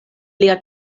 lia